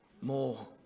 More